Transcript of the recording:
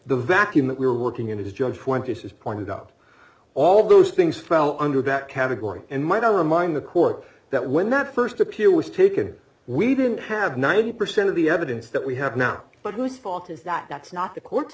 the vacuum that we're working in is just twenty six pointed out all those things fell under that category and might i remind the court that when that first appeal was taken we didn't have ninety percent of the evidence that we have now but who's fault is that that's not the court